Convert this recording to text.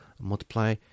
multiply